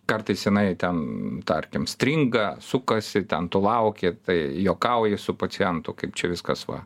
kartais jinai ten tarkim stringa sukasi ten tu lauki tai juokauji su pacientu kaip čia viskas va